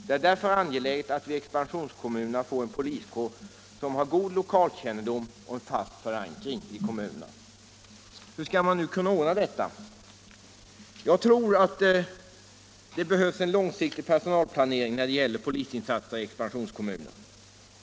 Det är därför angeläget att vi i expansionskommunerna får en poliskår som har god lokalkännedom och en fast förankring i kommunerna. Hur skall man då kunna ordna detta? Jag tror att det behövs en långsiktig personalplanering när det gäller polisinsatser i expansionskommunerna.